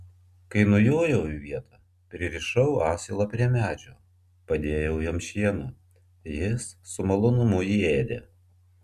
kai nujojau į vietą pririšau asilą prie medžio padėjau jam šieno jis su malonumu jį ėdė